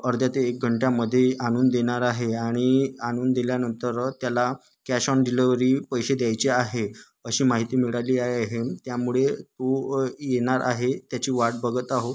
अर्ध्या ते एक घंट्यामध्ये आणून देणार आहे आणि आणून दिल्यानंतरं त्याला कॅश ऑन डिलेवरी पैसे द्यायचे आहे अशी माहिती मिळाली आहे त्यामुळे तो येणार आहे त्याची वाट बघत आहो